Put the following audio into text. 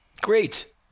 Great